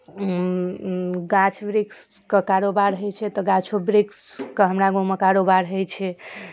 गाछ वृक्षके कारोबार होइ छै तऽ गाछो वृक्षके हमरा गाँवमे कारोबार होइ छै